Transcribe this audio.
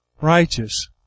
righteous